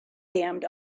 damned